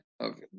okay